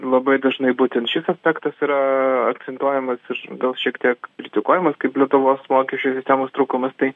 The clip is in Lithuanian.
labai dažnai būtent šis aspektas yra akcentuojamas ir gal šiek tiek kritikuojamas kaip lietuvos mokesčių sistemos trūkumas tai